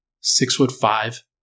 six-foot-five